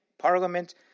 parliament